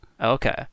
Okay